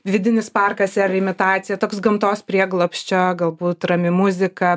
vidinis parkas ar imitacija toks gamtos prieglobsčio galbūt rami muzika